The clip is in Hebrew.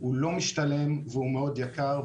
הוא לא משתלם והוא מאוד יקר.